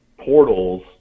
portals